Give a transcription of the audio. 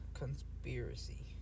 Conspiracy